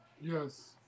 Yes